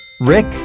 Rick